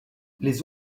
les